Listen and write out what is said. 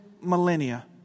millennia